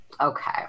Okay